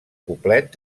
poblet